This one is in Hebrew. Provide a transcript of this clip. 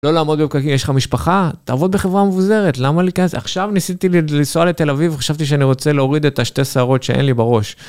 לא לעמוד דווקא כי יש לך משפחה, תעבוד בחברה מבוזרת, למה להיכנס? עכשיו ניסיתי לנסוע לתל אביב, חשבתי שאני רוצה להוריד את השתי שערות שאין לי בראש.